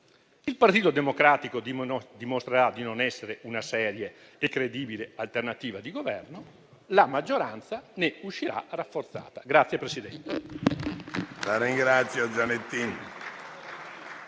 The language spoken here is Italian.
il Partito Democratico dimostrerà di non essere una seria e credibile alternativa di Governo e la maggioranza ne uscirà rafforzata.